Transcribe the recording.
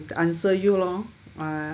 answer you lor I